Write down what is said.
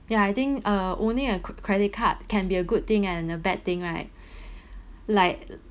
ya I think uh owning a cre~ credit card can be a good thing and a bad thing right like